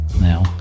Now